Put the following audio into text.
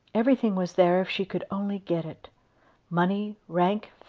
everything was there if she could only get it money, rank,